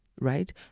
right